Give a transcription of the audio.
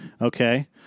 Okay